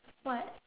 what